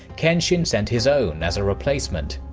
kenshin sent his own as a replacement.